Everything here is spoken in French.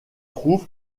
trouve